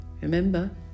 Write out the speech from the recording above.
Remember